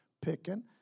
picking